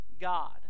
god